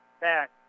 back